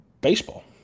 baseball